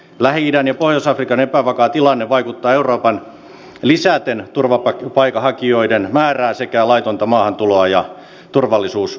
lähi idän ja pohjois afrikan epävakaa tilanne vaikuttaa eurooppaan lisäten turvapaikanhakijoiden määrää sekä laitonta maahantuloa ja turvallisuusuhkia